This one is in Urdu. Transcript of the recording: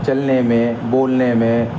چلنے میں بولنے میں